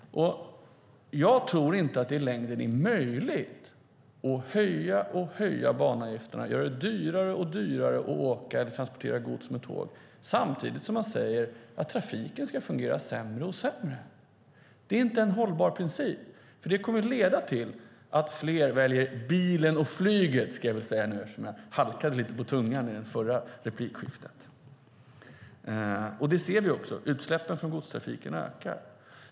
Jag tror inte att det i längden är möjligt att ständigt höja banavgifterna och göra det dyrare att åka eller transportera gods med tåg samtidigt som trafiken fungerar allt sämre. Det är inte en hållbar princip. Det kommer att leda till att fler väljer bilen och flyget. Det ser vi också. Utsläppen från godstrafiken ökar.